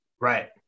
Right